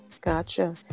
gotcha